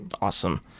Awesome